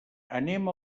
anem